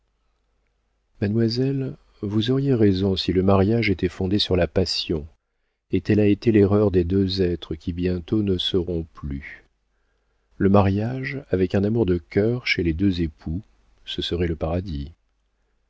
mademoiselle vous auriez raison si le mariage était fondé sur la passion et telle a été l'erreur des deux êtres qui bientôt ne seront plus le mariage avec un amour de cœur chez les deux époux ce serait le paradis